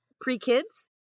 pre-kids